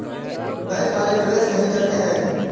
Bank वाले प्रवेश नहीं करते हैं?